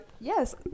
Yes